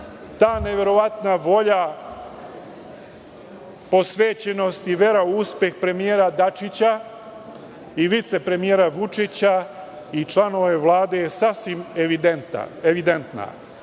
Ta neverovatna volja, posvećenost i vera u uspeh premijera Dačića i vice premijera Vučića i članove Vlade je sasvim evidentna.